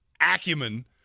acumen